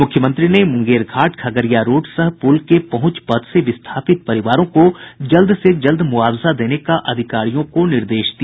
मुख्यमंत्री ने मुंगेर घाट खगड़िया रोड सह प्रल के पहुंच पथ से विस्थापित परिवारों को जल्द से जल्द मुआवजा देने का अधिकारियों को निर्देश दिया